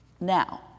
now